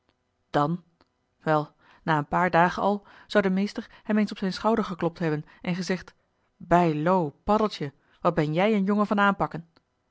dàn wel na een paar dagen al zou de meester hem eens op z'n schouder geklopt hebben en gezegd bijlo paddeltje wat ben jij een jongen van aanpakken